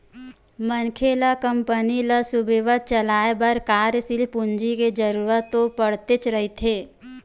मनखे ल कंपनी ल सुबेवत चलाय बर कार्यसील पूंजी के जरुरत तो पड़तेच रहिथे